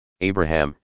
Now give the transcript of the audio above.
Abraham